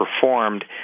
performed